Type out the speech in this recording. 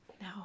no